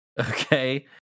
Okay